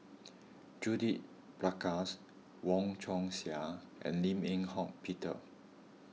Judith Prakash Wong Chong Sai and Lim Eng Hock Peter